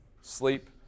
sleep